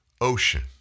ocean